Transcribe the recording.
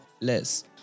less